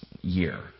year